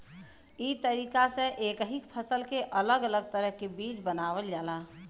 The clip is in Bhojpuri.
ई तरीका से एक ही फसल के अलग अलग तरह के बीज बनावल जाला